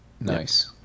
Nice